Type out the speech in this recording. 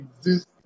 exist